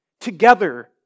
together